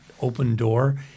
open-door